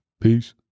Peace